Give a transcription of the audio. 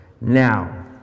now